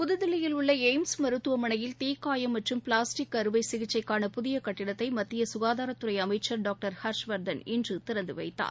புதுதில்லியில் உள்ள எய்ம்ஸ் மருத்துவமளையில் தீக்காயம் மற்றும் பிளாஸ்டிக் அறுவை சிகிச்சைக்கான புதிய கட்டிடத்தை மத்திய ககாதாரத்துறை அமைச்சர் டாக்டர் ஹர்ஷ்வர்தன் இன்று திறந்து வைத்தார்